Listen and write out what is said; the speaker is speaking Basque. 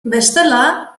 bestela